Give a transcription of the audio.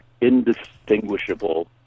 indistinguishable